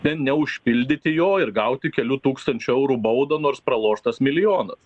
ten neužpildyti jo ir gauti kelių tūkstančių eurų baudą nors praloštos milijonas